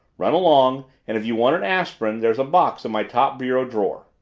run along and if you want an aspirin, there's a box in my top bureau-drawer.